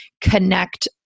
connect